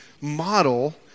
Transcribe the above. model